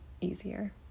easier